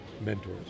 mentors